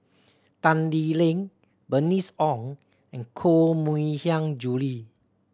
Tan Lee Leng Bernice Ong and Koh Mui Hiang Julie